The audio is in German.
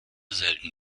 selten